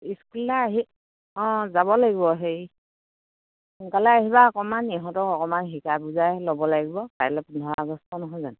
স্কুললে আহি অঁ যাব লাগিব হেৰি সোনকালে আহিবা অকণমান ইহঁতক অকমান শিকাই বুজাই ল'ব লাগিব কাইলে পোন্ধৰ আগষ্ট নহয় জানো